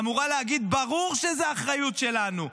אמורה להגיד: ברור שזו האחריות שלנו.